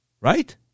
right